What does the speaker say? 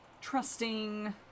trusting